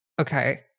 Okay